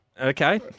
Okay